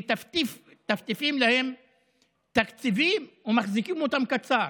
מטפטפים להם תקציבים ומחזיקים אותם קצר.